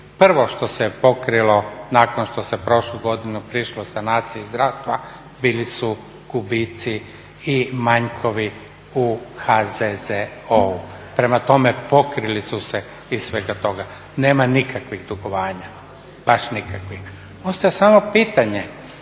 prvo što se pokrilo nakon što se prošlu godinu prišlo sanaciji zdravstva bili su kubici i manjkovi u HZZO-u. Prema tome, pokrili su se iz svega toga. Nema nikakvih dugovanja, baš nikakvih. Ostaje samo pitanje